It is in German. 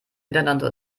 miteinander